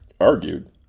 Argued